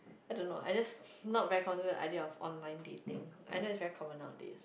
I don't know I just not very comfortable with the idea of online dating I know it's very common nowadays